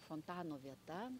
fontano vieta